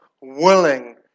willing